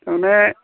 माने